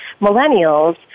millennials